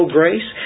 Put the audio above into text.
grace